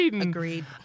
Agreed